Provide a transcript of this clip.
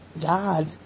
God